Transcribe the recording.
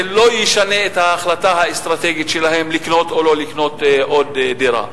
זה לא ישנה את ההחלטה האסטרטגית שלהם לקנות או לא לקנות עוד דירה.